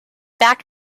back